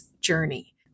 Journey